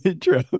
True